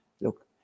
look